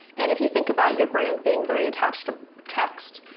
and if you think about your brand being very attached to text,